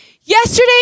yesterday